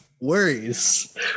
worries